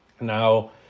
now